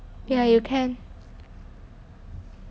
ya you can